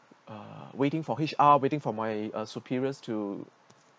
uh waiting for H_R waiting for my uh superiors to